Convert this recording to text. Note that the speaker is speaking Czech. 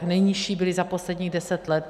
Nejnižší byly za posledních deset let.